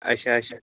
اَچھا اَچھا